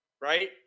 Right